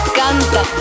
canta